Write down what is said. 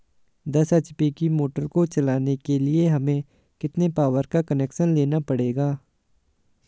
दस एच.पी की मोटर को चलाने के लिए हमें कितने पावर का कनेक्शन लेना पड़ेगा?